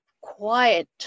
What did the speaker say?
quiet